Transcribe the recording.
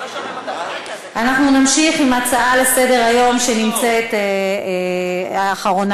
אנחנו נמשיך עם ההצעה לסדר-היום שנמצאת אחרונה,